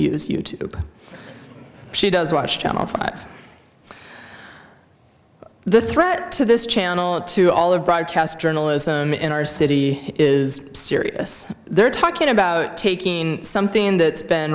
use you tube she does watch channel five the threat to this channel and to all of broadcast journalism in our city is serious they're talking about taking something that been